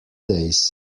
days